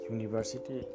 university